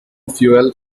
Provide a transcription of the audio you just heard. fuel